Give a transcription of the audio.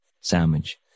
sandwich